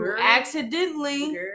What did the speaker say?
accidentally